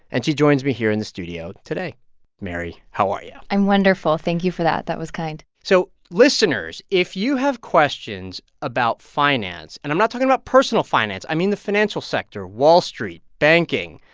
and she joins me here in the studio today mary, how are you? yeah i'm wonderful. thank you for that. that was kind so listeners, if you have questions about finance and i'm not talking about personal finance i mean, the financial sector wall street, banking.